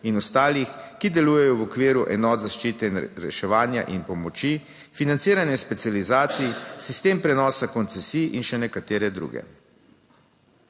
in ostalih, ki delujejo v okviru enot zaščite in reševanja in pomoči, financiranje specializacij, sistem prenosa koncesij in še nekatere druge.